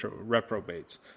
reprobates